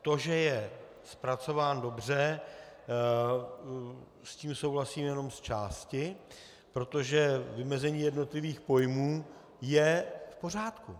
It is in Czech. To, že je zpracován dobře, s tím souhlasím jenom zčásti, protože vymezení jednotlivých pojmů je v pořádku.